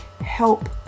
help